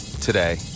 today